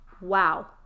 wow